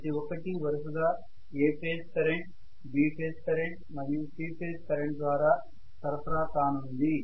ప్రతి ఒక్కటి వరుసగా A phase current B phase current మరియు C ఫేజ్ కరెంట్ ద్వారా సరఫరా కానుంది